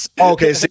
Okay